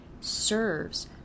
serves